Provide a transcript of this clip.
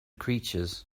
creatures